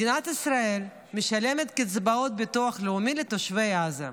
מדינת ישראל משלמת קצבאות ביטוח לאומי לתושבי עזה.